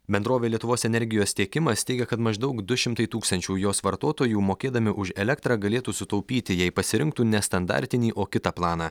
bendrovė lietuvos energijos tiekimas teigia kad maždaug du šimtai tūkstančių jos vartotojų mokėdami už elektrą galėtų sutaupyti jei pasirinktų nestandartinį o kitą planą